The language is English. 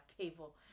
cable